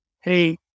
Hey